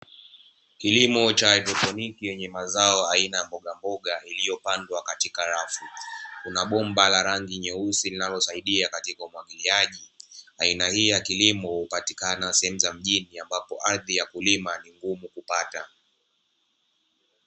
Kilimo cha haidroponiki chenye mazao aina ya mbogamboga kiliyopandwa katika rafu, kuna bomba la rangi nyeusi kinalosaidia katika umwagiliaji, aina hii ya kilimo hupatikana sehemu za mjini ambapo ardhi ya kulima ni ngumu kupata.